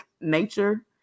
nature